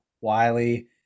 Wiley